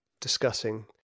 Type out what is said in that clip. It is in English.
discussing